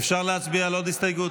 אפשר להצביע על עוד הסתייגות?